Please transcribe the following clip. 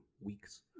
weeks